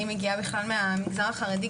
אני מגיעה בכלל מהמגזר החרדי,